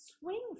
swing